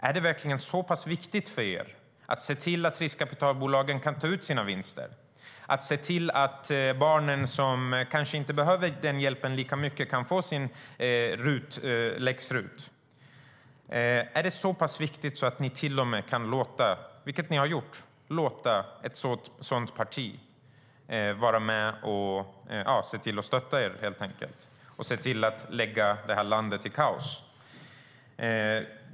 Är det verkligen så pass viktigt för er att se till att riskkapitalbolagen kan ta ut sina vinster och se till att de barn som kanske inte behöver lika mycket hjälp ändå kan få sin läx-RUT att ni till och med kan låta - vilket ni har gjort - ett sådant parti vara med och stötta er och se till att försätta landet i kaos?